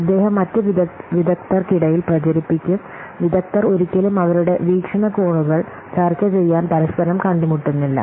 അദ്ദേഹം മറ്റ് വിദഗ്ധർക്കിടയിൽ പ്രചരിപ്പിക്കും വിദഗ്ദ്ധർ ഒരിക്കലും അവരുടെ വീക്ഷണകോണുകൾ ചർച്ച ചെയ്യാൻ പരസ്പരം കണ്ടുമുട്ടുന്നില്ല